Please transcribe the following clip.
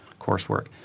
coursework